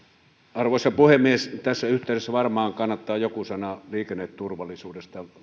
arvoisa puhemies tässä yhteydessä varmaan kannattaa joku sana liikenneturvallisuudesta